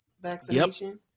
vaccination